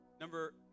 Number